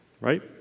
right